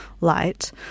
light